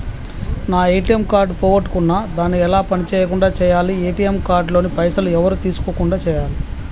నా ATM card పోగొట్టుకున్నా దాన్ని ఎలా పని చేయకుండా చేయాలి ఏ.టి.ఎమ్ కార్డు లోని పైసలు ఎవరు తీసుకోకుండా చేయాలి?